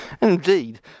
Indeed